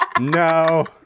No